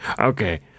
Okay